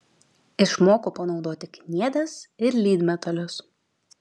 išmoko panaudoti kniedes ir lydmetalius